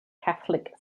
catholic